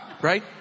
Right